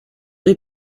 hay